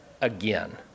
again